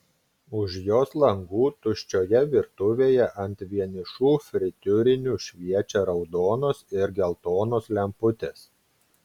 už jos langų tuščioje virtuvėje ant vienišų fritiūrinių šviečia raudonos ir geltonos lemputės